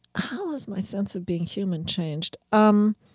how has my sense of being human changed? um